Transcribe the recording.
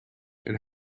and